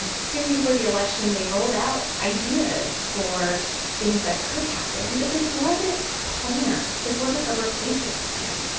and soon before the election, they rolled out ideas for things that could happen, but this wasn't a plan. this wasn't a replacement plan.